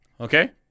Okay